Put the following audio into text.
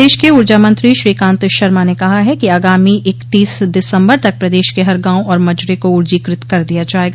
प्रदेश के ऊर्जा मंत्री श्रीकांत शर्मा ने कहा है कि आगामी इकतीस दिसम्बर तक प्रदेश क हर गांव और मजरे को ऊर्जीकृत कर दिया जायेगा